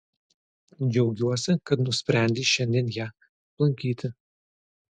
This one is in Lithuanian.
džiaugiuosi kad nusprendei šiandien ją aplankyti